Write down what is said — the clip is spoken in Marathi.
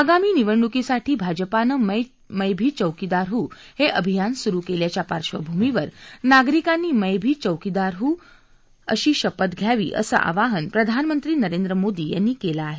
आगामी निवडणुकीसाठी भाजपानं मैं भी चौकीदार हू हे अभियान सुरु केल्याच्या पार्श्वभूमीवर नागरिकांनी मैं भी चौकीदार हू अशी शपथ घ्यावी असं आवाहन प्रधानमंत्री नरेंद्र मोदी यांनी केलं आहे